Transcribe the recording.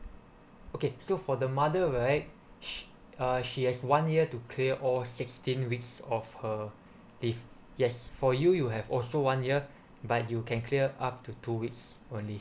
okay so for the mother right sh~ uh she has one year to clear all sixteen weeks of her leaves yes for you you have also one year but you can clear up to two weeks only